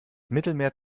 mittelmeer